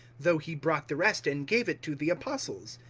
though he brought the rest and gave it to the apostles.